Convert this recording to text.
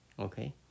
Okay